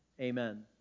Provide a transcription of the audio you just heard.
Amen